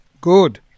Good